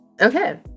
Okay